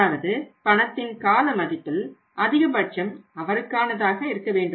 அதாவது பணத்தின் கால மதிப்பில் அதிகபட்சம் அவருக்கானதாக இருக்கவேண்டும்